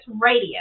Radio